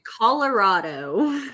colorado